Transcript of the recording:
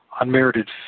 unmerited